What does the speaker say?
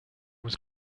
was